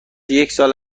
یکسال